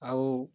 ଆଉ